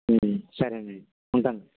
సరే అండి ఉంటాను